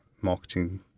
marketing